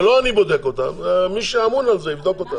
ולא אני בודק אותן, מי שאמון על זה יבדוק אותן.